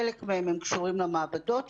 חלק מהן קשורות למעבדות,